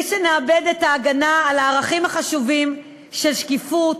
בלי שנאבד את ההגנה על הערכים החשובים של שקיפות,